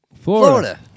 Florida